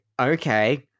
okay